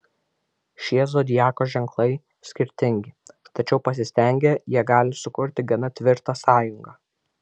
šie zodiako ženklai skirtingi tačiau pasistengę jie gali sukurti gana tvirtą sąjungą